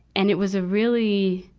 and it was a really,